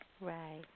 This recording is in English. Right